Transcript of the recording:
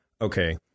okay